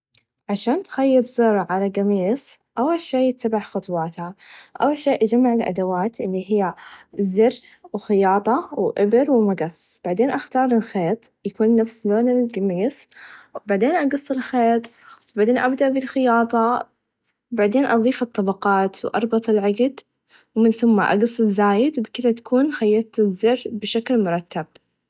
عشان تخيط زر على القميص أول شئ تابع خطواته أول شئ تچمل الأدوات إلى هى الزر و الخياطه و إبر و مقص بعدين أختار الخيط يكون نفس لون القميص بعدين أقص الخيط بعدين أبدأ بالخياطه بعدين أضيف الطبقات و أربط العقد و من ثم أقص الزايد و بكذه تكون خيط الزر بشكل مرتب.